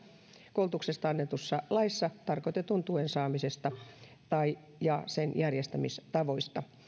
koulutuksesta annetussa laissa tarkoitetun tuen saamisesta ja sen järjestämistavoista